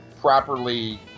properly